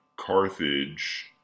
Carthage